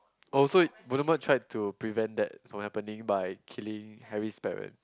oh so Voldemort tried to prevent that from happening by killing Harry's parents